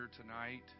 tonight